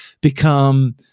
become